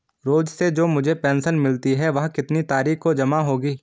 रोज़ से जो मुझे पेंशन मिलती है वह कितनी तारीख को जमा होगी?